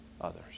others